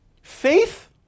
Faith